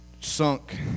sunk